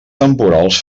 temporals